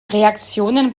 reaktionen